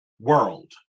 world